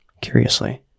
curiously